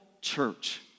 church